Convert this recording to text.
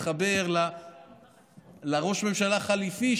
מתחבר לראש ממשלה חליפי,